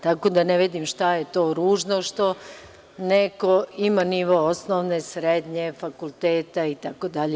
Tako da, ne vidim šta je to ružno što neko ima nivo osnovne, srednje, fakulteta itd.